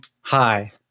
hi